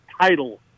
title